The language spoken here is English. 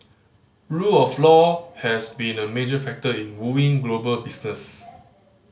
rule of law has been a major factor in wooing global business